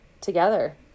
together